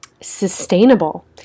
sustainable